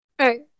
Right